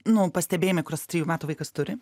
nu pastebėjimai kuriuos trijų metų vaikas turi